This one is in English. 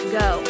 go